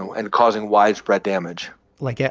and causing widespread damage like, yeah